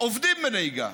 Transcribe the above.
עובדים בנהיגה,